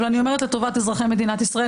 אבל אני אומרת לטובת אזרחי מדינת ישראל,